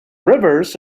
rivers